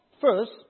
first